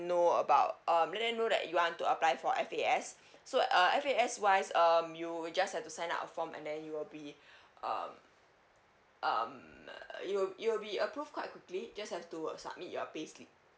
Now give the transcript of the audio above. know about um let them know that you want to apply for F_A_S so uh F_A_S wise um you just have to sign up a form and then you will be um um you'll you'll be approved quite quickly just have to submit your payslip